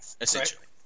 essentially